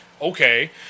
okay